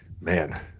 man